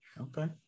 okay